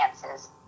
chances